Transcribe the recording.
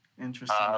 Interesting